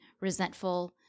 resentful